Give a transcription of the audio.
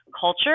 culture